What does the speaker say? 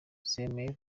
yemeza